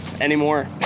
anymore